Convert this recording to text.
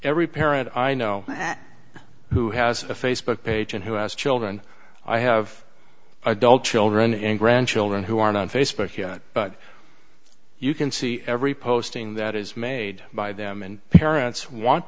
every parent i know who has a facebook page and who has children i have adult children and grandchildren who aren't on facebook but you can see every posting that is made by them and parents want